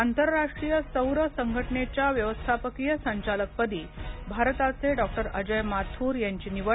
आंतरराष्ट्रीय सौर संघटनेच्या व्यवस्थापकीय संचालकपदी भारताचे डॉ अजय माथुर यांची निवड